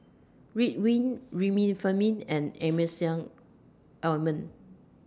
Ridwind Remifemin and Emulsying Ointment